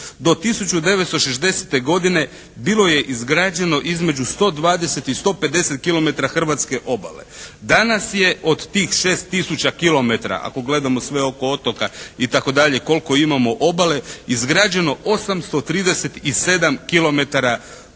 Do 1960. godine bilo je izgrađeno između 120 i 150 km hrvatske obale. Danas je od tih 6000 km ako gledamo sve oko otoka itd. koliko imamo obale izgrađeno 837 km obale.